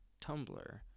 Tumblr